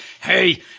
hey